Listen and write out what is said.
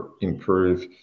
improve